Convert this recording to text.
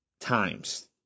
times